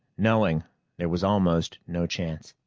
knowing there was almost no chance.